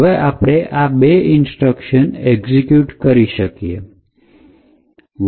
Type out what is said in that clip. તેથી હવે આપણે આ બે ઇન્સ્ટ્રક્શન એક્ઝિક્યુટ કરી શકશો